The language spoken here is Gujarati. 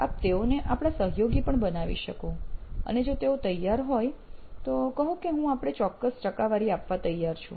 આપ તેઓને આપણા સહયોગી પણ બાનવી શકો અને જો તેઓ તૈયાર હોય તો કહો કે હું આપણે ચોક્કસ ટકાવારી આપવા તૈયાર છું